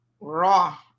raw